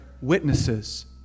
witnesses